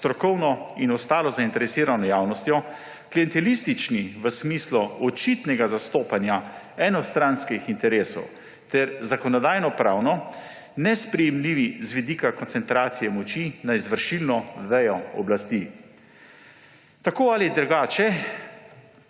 strokovno in ostalo zainteresirano javnostjo, klientelistični v smislu očitnega zastopanja enostranskih interesov ter zakonodajno-pravno nesprejemljivi z vidika koncentracije moči na izvršilno vejo oblasti. Tako ali drugače